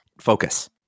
focus